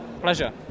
pleasure